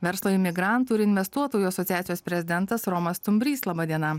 verslo imigrantų ir investuotojų asociacijos prezidentas romas stumbrys laba diena